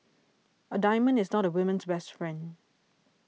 a diamond is not a woman's best friend